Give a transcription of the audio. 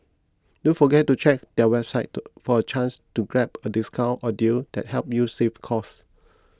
don't forget to check their website for a chance to grab a discount or deal that help you save cost